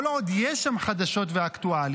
כל עוד יש שם חדשות ואקטואליה,